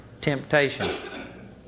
temptation